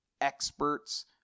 experts –